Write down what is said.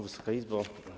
Wysoka Izbo!